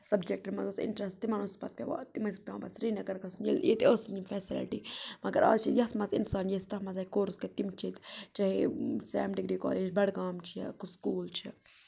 سَبجیکٹہٕ منٛز اوس اِنٹرَسٹ تِمن اوس پَتہٕ پٮ۪وان تِم ٲسۍ پیوان پَتہٕ سرینگر گژھُن ییٚلہِ ییٚتہِ ٲسۍ یِم فیسلٹی مَگر آز چھِ یَتھ منٛز اِنسان ییٚلہِ تَتھ منٛز آے کورس کٔرِتھ تِم چھِ ییٚتہِ چاہے سیم ڈِگری کالیج بَڈگام چھِ سکوٗل چھِ